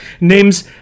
Name's